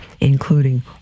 including